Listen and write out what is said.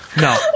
No